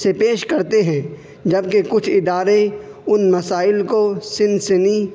سے پیش کرتے ہیں جبکہ کچھ ادارے ان مسائل کو سنسنی